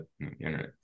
internet